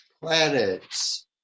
planets